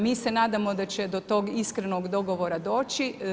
Mi se nadamo da će do tog iskrenog dogovora doći.